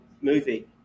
movie